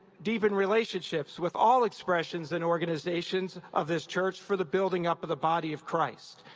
deepened relationships with all expressions and organizations of this church for the building up of the body of christ,